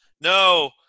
No